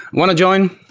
want to join?